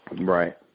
right